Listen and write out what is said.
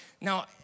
Now